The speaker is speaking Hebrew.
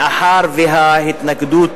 מאחר שההתנגדות,